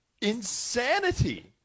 insanity